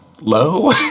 low